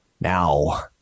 Now